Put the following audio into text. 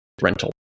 rental